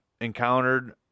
encountered